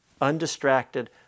undistracted